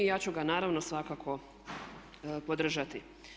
I ja ću ga naravno svakako podržati.